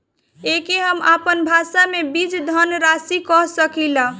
एके हम आपन भाषा मे बीज धनराशि कह सकीला